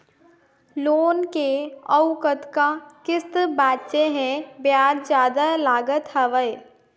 Loan के अउ कतका किस्त बांचें हे? ब्याज जादा लागत हवय,